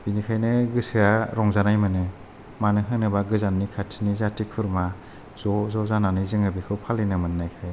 बिनिखायनो गोसोआ रंजानाय मोनो मानो होनोबा गोजाननि खाथिनि जाथि खुरमा ज' ज' जानानै जोङो बेखौ फालिनो मोननायखाय